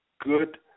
good